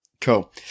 Cool